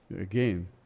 Again